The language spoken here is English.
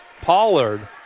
Pollard